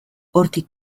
hortik